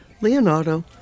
Leonardo